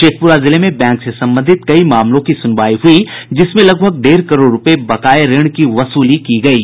शेखपुरा जिले में बैंक से संबंधित कई मामलों की सुनवाई हुई जिसमें लगभग डेढ़ करोड़ रूपये बकाये ऋण की वसूली की गयी